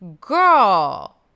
Girl